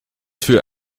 für